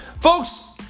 folks